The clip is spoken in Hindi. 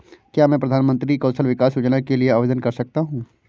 क्या मैं प्रधानमंत्री कौशल विकास योजना के लिए आवेदन कर सकता हूँ?